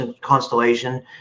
constellation